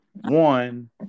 One